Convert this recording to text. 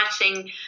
writing